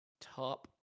Top